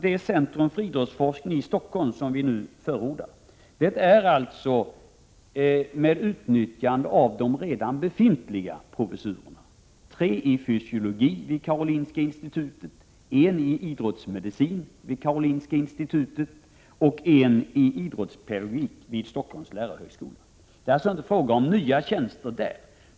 Det centrum för idrottsforskning i Stockholm som vi nu förordar skall utnyttja redan befintliga professurer — tre i fysiologi vid Karolinska institutet, en i idrottsmedicin vid Karolinska institutet och en i idrottspedagogik vid Stockholms lärarhögskola. Det är alltså inte fråga om några nya tjänster där.